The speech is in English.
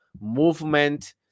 movement